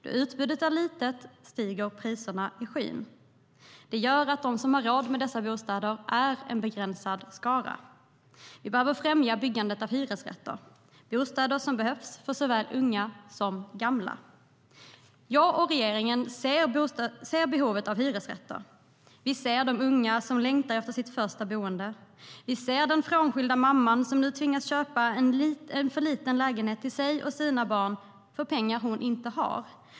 När utbudet är litet stiger priserna kraftigt. Det gör att de som har råd med dessa bostäder är en begränsad skara. Vi behöver främja byggandet av hyresrätter, bostäder som behövs för såväl unga som gamla. Jag och regeringen ser behovet av hyresrätter. Vi ser de unga som längtar efter sitt första boende. Vi ser den frånskilda mamman som tvingas köpa en alltför liten lägenhet till sig och sina barn, för pengar hon inte har.